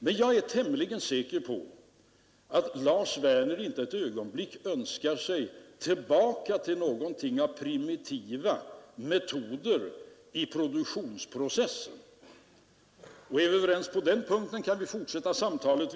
Men jag är tämligen säker på att Lars Werner inte ett ögonblick önskar sig tillbaka till några primitiva metoder i produktionsprocessen. Är vi överens på den punkten kan vi fortsätta samtalet.